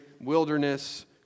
wilderness